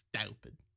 stupid